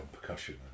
percussion